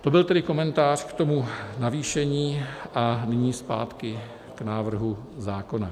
To byl tedy komentář k tomu navýšení a nyní zpátky k návrhu zákona.